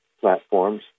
platforms